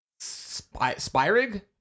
Spyrig